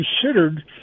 considered